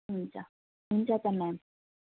हुन्छ हुन्छ त म्याम